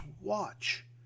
watch